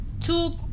Two